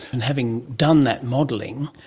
and having done that modelling,